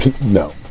No